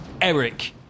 Eric